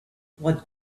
what